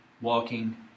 Walking